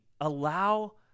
allow